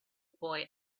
boy